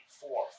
four